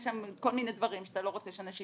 יש שם כל מיני דברים שאתה לא רוצה שאנשים